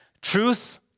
Truth